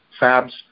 fabs